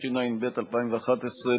התשע"ב 2011,